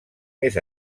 més